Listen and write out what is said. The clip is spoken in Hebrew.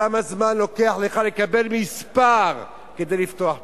כמה זמן לוקח לך לקבל מספר כדי לפתוח תיק?